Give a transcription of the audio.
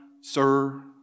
sir